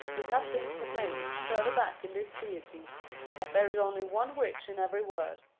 it has been proclaimed further back in this treatise that there is only one witch in every wood.